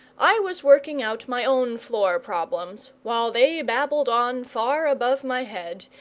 i was working out my own floor-problems, while they babbled on far above my head,